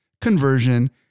conversion